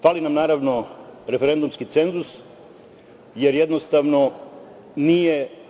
Fali nam, naravno, referendumski cenzus, jer, jednostavno, nije…